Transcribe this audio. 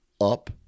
up